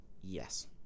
Yes